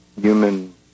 human